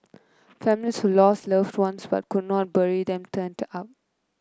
families who lost loved ones but could never bury them turned up